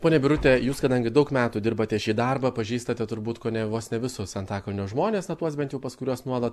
ponia birute jūs kadangi daug metų dirbate šį darbą pažįstate turbūt kone vos ne visus antakalnio žmones na tuos bent jau pas kuriuos nuolat